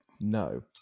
No